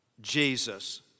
Jesus